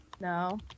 No